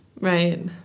right